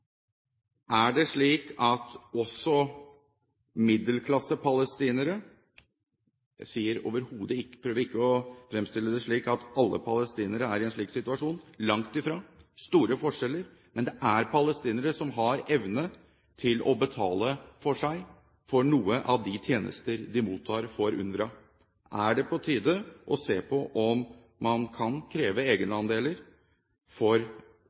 Er det slik at også middelklassepalestinere trenger bistand? Jeg prøver ikke å fremstille det som om alle palestinere er i en slik situasjon, langt ifra, men det er store forskjeller. Det er palestinere som har evne til å betale for noen av de tjenestene de mottar fra UNRWA. Er det på tide å se på om man kan kreve egenandeler for